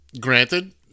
Granted